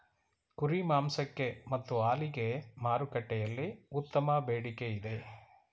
ಕುರಿ ಮಾಂಸಕ್ಕೆ ಮತ್ತು ಹಾಲಿಗೆ ಮಾರುಕಟ್ಟೆಯಲ್ಲಿ ಉತ್ತಮ ಬೇಡಿಕೆ ಇದೆ